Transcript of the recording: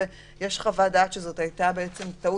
ויש חוות דעת שזו הייתה טעות,